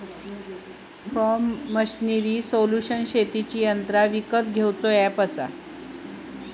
form machinery solution शेतीची यंत्रा विकत घेऊचा अॅप हा